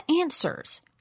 answers